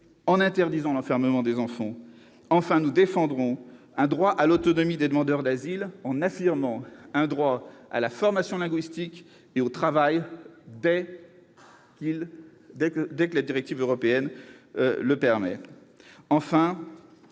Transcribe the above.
en interdisant l'enfermement des enfants. Enfin, nous défendrons un droit à l'autonomie des demandeurs d'asile en affirmant un droit à la formation linguistique et au travail, dès que les directives européennes le permettront.